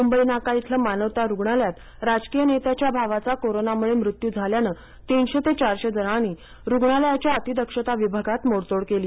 मुंबई नाका इथले मानवता रूग्णालयात राजकीय नेत्याचा भावाचा कोरोनामुळे मृत्यू झाल्याने तीनशे ते चारशे जणांनी रूग्णालयाच्या अतिदक्षता विभागात मोडतोड केली